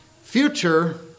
Future